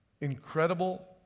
incredible